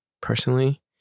personally